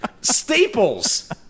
Staples